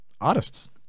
artists